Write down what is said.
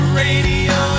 radio